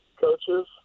coaches